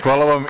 Hvala vam.